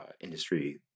industry